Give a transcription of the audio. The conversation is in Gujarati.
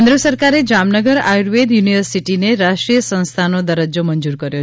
કેન્ન સરકારે જામનગર આયુર્વેદ યુનિવર્સીટીને રાષ્ટ્રી ોય સંસ્થાનો દરજજો મંજુર કર્યો